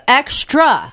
extra